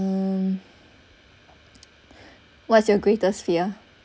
mm what's your greatest fear